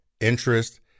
interest